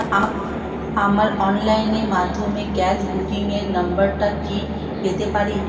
আমার অনলাইনের মাধ্যমে গ্যাস বুকিং এর নাম্বারটা কি পেতে পারি?